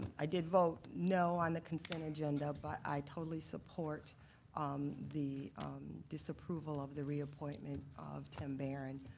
i did vote no on the consent agenda, but i totally support um the disapproval of the reappointment of tim baron.